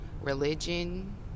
religion